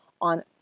on